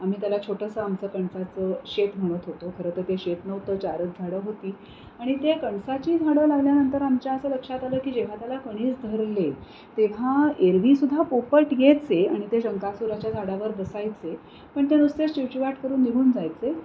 आम्ही त्याला छोटंसं आमचं कणसाचं शेत म्हणत होतो खरंतर ते शेत नव्हतं चारच झाडं होती आणि त्या कणसाची झाडं लागल्यानंतर आमच्या असं लक्षात आलं की जेव्हा त्याला कणीस धरले तेव्हा एरवीसुद्धा पोपट यायचे आणि ते शंकासुराच्या झाडावर बसायचे पण ते नुसतेच चिवचिवाट करून निघून जायचे